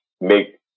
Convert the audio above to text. make